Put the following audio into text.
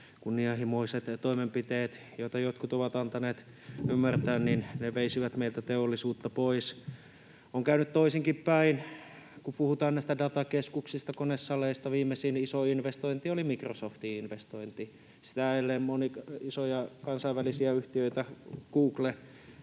kunnianhimoiset toimenpiteet, joista jotkut ovat antaneet ymmärtää, veisivät meiltä teollisuutta pois. On käynyt toisinkin päin, kun puhutaan näistä datakeskuksista, konesaleista. Viimeisin iso investointi oli Microsoftiin investointi. Sen edellä monia isoja kansainvälisiä yhtiöitä, Google